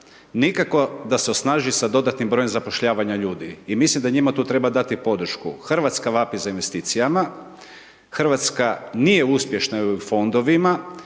nikako da se osnaži sa dodatnim brojem zapošljavanja ljudi i mislim da njima tu treba dati podršku. Hrvatska vapi za investicijama, Hrvatska nije uspješna u EU fondovima